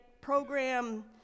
program